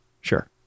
sure